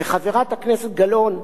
וחברת הכנסת גלאון,